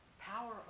power